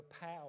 power